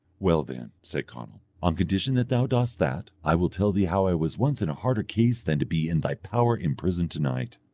well then, said conall, on condition that thou dost that, i will tell thee how i was once in a harder case than to be in thy power in prison to-night.